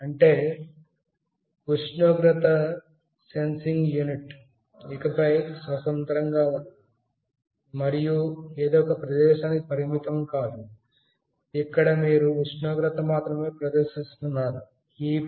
అంటే ఉష్ణోగ్రత sensing unit ఇకపై స్వతంత్రంగా ఉండదు మరియు ఎదో ఒక ప్రదేశానికి లేదా ఉష్ణోగ్రతను ప్రదర్శించడానికి మాత్రమే పరిమితం కాదు